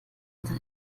unter